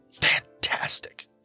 fantastic